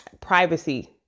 privacy